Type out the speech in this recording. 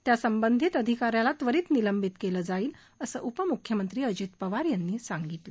त्या संबंधित आधिकाऱ्याला त्वरित निलंबित केलं जाईल असं उपमुख्यमंत्री अजित पवार यांनी सांगितलं